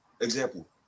example